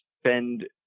spend